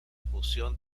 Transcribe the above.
fusión